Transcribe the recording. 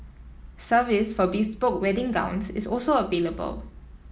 service for bespoke wedding gowns is also available